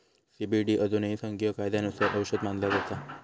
CBD अजूनही संघीय कायद्यानुसार औषध मानला जाता